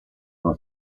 uno